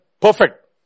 Perfect